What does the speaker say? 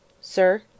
Sir